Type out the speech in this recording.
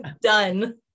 Done